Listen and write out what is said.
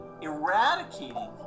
Eradicating